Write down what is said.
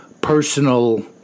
personal